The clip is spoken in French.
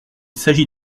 s’agit